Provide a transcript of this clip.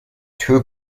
two